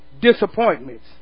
disappointments